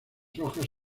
hojas